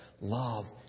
love